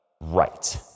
Right